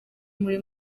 muri